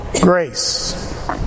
Grace